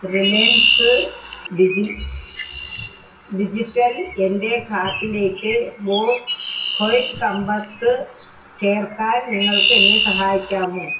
Reliance digital എന്റെ കാർട്ടിലേക്ക് Bose quiet comfort ചേർക്കാൻ നിങ്ങൾക്ക് എന്നെ സഹായിക്കാമോ